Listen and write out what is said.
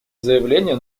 заявления